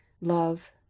love